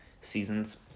seasons